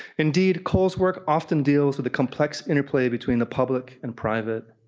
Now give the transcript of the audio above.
indeed cole's work often deals with the complex interplay between the public and private,